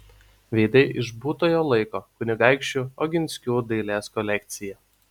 veidai iš būtojo laiko kunigaikščių oginskių dailės kolekcija